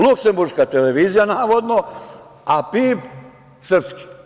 Luksemburška televizija, navodno, a PIB srpski.